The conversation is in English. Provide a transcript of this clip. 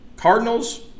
Cardinals